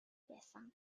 байсан